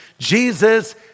Jesus